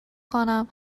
کنم